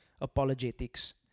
apologetics